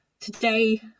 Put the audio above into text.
today